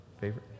Favorite